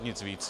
Nic víc.